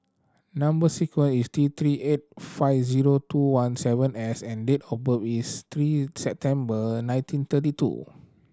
number sequence is T Three eight five zero two one seven S and date of birth is three September nineteen thirty two